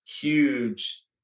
huge